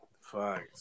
Fuck